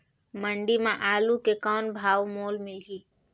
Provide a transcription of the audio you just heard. मंडी म आलू के कौन भाव मोल मिलही?